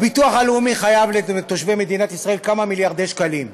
הביטוח הלאומי חייב לתושבי מדינת ישראל כמה מיליארדי שקלים.